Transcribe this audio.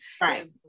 right